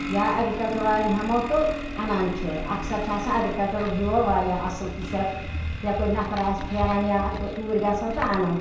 یا ایٚگرِکَلچَر والٮ۪ن ہیٚمو تہٕ اَنان چھِ اَکثر چھِ آسان ایٚگرِکَلچرُک بیول واریاہ اَصٕل تہِ چھُ اَتھ یَپٲرۍ نفر اَسہِ پھیران یا اگہٕ توٗرۍ گژھو تہٕ اَنو